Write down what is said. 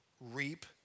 reap